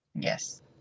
Yes